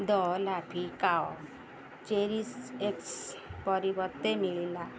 ଦ ଲାଫିଂ cow cheese eggs ପରିବର୍ତ୍ତେ ମିଳିଲା